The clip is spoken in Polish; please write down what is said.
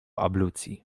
ablucji